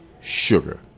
sugar